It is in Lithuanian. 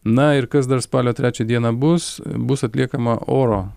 na ir kas dar spalio trečią dieną bus bus atliekama oro